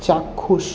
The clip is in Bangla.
চাক্ষুষ